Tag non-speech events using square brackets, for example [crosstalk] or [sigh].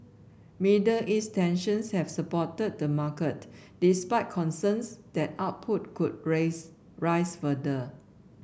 Middle East tensions have supported the market despite concerns that output could [unintelligible] rise further